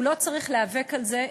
והוא לא צריך להיאבק על זה,